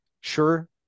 sure